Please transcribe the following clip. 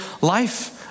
life